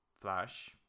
flash